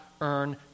earn